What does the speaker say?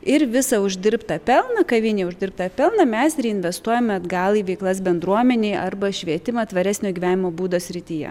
ir visą uždirbtą pelną kavinėj uždirbtą pelną mes reinvestuojame atgal į veiklas bendruomenėje arba švietimą tvaresnio gyvenimo būdo srityje